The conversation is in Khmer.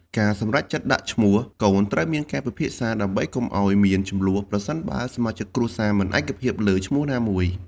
ការសម្រេចចិត្តដាក់ឈ្មោះកូនត្រូវមានការពិភាក្សា ដើម្បីកុំអោយមានជម្លោះ ប្រសិនបើសមាជិកគ្រួសារមិនឯកភាពលើឈ្មោះណាមួយ។